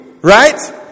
Right